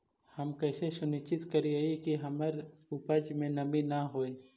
हम कैसे सुनिश्चित करिअई कि हमर उपज में नमी न होय?